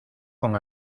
con